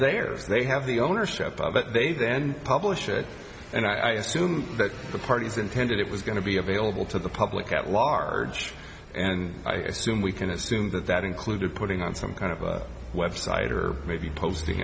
theirs they have the ownership of it they then publish it and i assume that the parties intended it was going to be available to the public at large and i assume we can assume that that included putting on some kind of a website or maybe posting